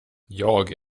jag